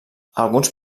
alguns